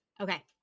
Okay